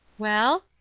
well?